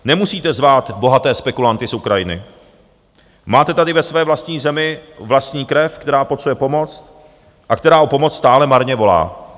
Nemusíte zvát bohaté spekulanty z Ukrajiny, máte tady ve své vlastní zemi vlastní krev, která potřebuje pomoc a která o pomoc stále marně volá.